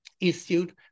issued